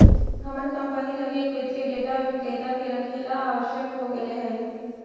हमर कंपनी लगी एक वित्तीय डेटा विक्रेता के रखेला आवश्यक हो गेले हइ